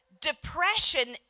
depression